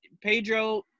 Pedro